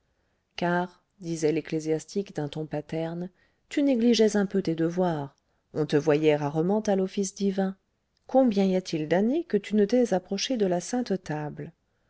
car disait l'ecclésiastique d'un ton paterne tu négligeais un peu tes devoirs on te voyait rarement à l'office divin combien y a-t-il d'années que tu ne t'es approché de la sainte table